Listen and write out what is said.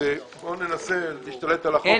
בואו ננסה להשתלט על החוק הזה.